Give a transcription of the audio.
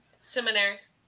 Seminaries